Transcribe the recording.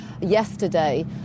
yesterday